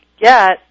get